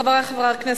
חברי חברי הכנסת,